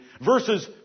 verses